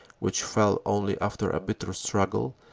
which fell only after a bitter struggle,